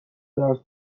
درس